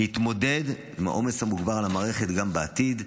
להתמודד עם העומס המוגבר על המערכת גם בעתיד,